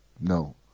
No